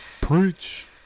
Preach